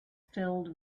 filled